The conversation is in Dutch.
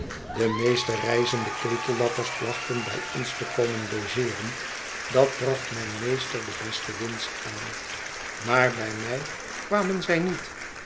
de meeste reizende ketellappers plachten bij ons te komen logeeren dat bracht mijn meester de beste winst aan maar bij mij kwamen zij niet